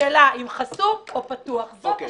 השאלה אם חסום או פתוח, זאת השאלה.